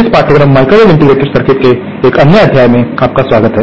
इस पाठ्यक्रम microwave integrated circuits के एक अन्य अध्याय में आपका स्वागत है